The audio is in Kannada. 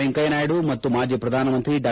ವೆಂಕಯ್ಯನಾಯ್ಗು ಮತ್ತು ಮಾಜಿ ಪ್ರಧಾನಮಂತ್ರಿ ಡಾ